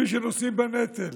מי שנושאים בנטל,